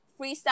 freestyle